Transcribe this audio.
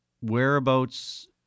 Whereabouts